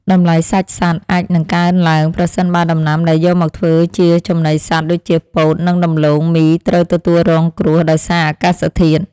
តម្លៃសាច់សត្វអាចនឹងកើនឡើងប្រសិនបើដំណាំដែលយកមកធ្វើជាចំណីសត្វដូចជាពោតនិងដំឡូងមីត្រូវទទួលរងគ្រោះដោយសារអាកាសធាតុ។